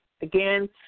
Again